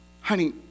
honey